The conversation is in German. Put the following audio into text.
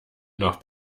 noch